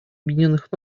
объединенных